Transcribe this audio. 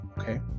okay